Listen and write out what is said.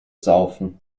saufen